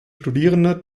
studierende